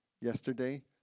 yesterday